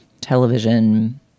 television